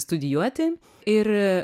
studijuoti ir